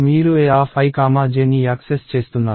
మీరు Aij ని access చేస్తున్నారు